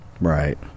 Right